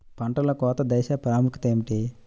పంటలో కోత దశ ప్రాముఖ్యత ఏమిటి?